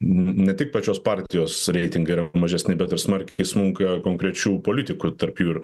ne tik pačios partijos reitingai yra mažesni bet ir smarkiai smunka konkrečių politikų tarp jų ir